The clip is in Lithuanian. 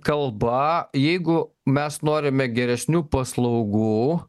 kalba jeigu mes norime geresnių paslaugų